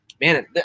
man